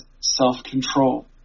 self-control